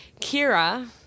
Kira